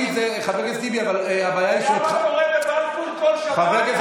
תקפו אותם פיזית,